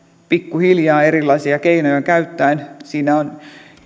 pikkuhiljaa erilaisia keinoja käyttäen jossa on